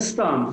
מן הסתם.